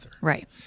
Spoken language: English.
Right